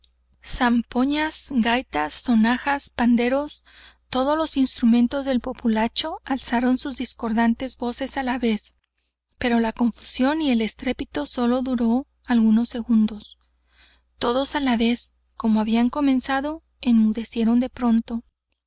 zamponas gaitas sonajas panderos todos los instrumentos del populacho alzaron sus discordantes voces á la vez pero la confusión y el estrépito sólo duró algunos segundos todos á la vez como habían comenzado enmudecieron de pronto